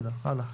מנגנון ההכרעה.